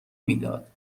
میداد